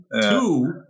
two